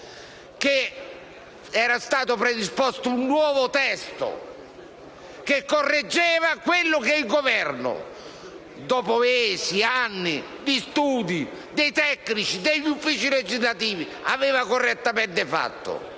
che era stato predisposto un nuovo testo che correggeva quello che il Governo, dopo mesi e anni di studi dei tecnici degli uffici legislativi aveva correttamente fatto.